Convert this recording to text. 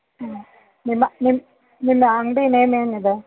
ಹ್ಞೂ ನಿಮ್ಮ ನಿಮ್ಮ ನಿನ್ನ ಅಂಗಡಿ ನೇಮ್ ಏನಿದೆ